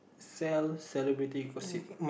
sell celebrity gossip